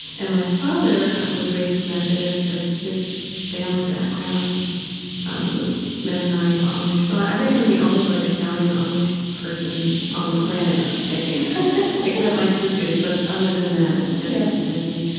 and my father was raised methodist, but his family background was mennonite, amish. so i think i'm the only like italian-amish person on the planet, i think except my sisters. but other than that it's just just me.